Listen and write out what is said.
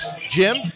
Jim